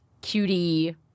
cutie